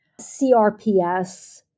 CRPS